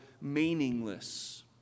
meaningless